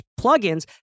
plugins